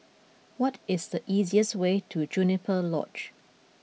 what is the easiest way to Juniper Lodge